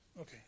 okay